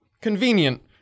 Convenient